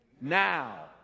Now